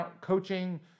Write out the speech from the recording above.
coaching